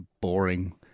boring